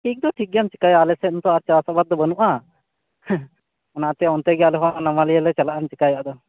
ᱴᱷᱤᱠ ᱫᱚ ᱴᱷᱤᱠ ᱜᱮᱭᱟᱢ ᱪᱮᱠᱟᱭᱟ ᱟᱞᱮᱥᱮᱫ ᱚᱸᱠᱟ ᱪᱟᱥ ᱚᱵᱷᱟᱵ ᱫᱚ ᱵᱟ ᱱᱩᱜ ᱟ ᱦᱮᱸ ᱚᱱᱟᱛᱮ ᱚᱱᱛᱮᱜᱮ ᱟᱞᱮᱦᱚᱸᱱᱟᱢᱟᱞᱤᱭᱟ ᱞᱮ ᱪᱟᱞᱟᱜ ᱟᱢ ᱪᱮᱠᱟᱭᱟ ᱟᱫᱚ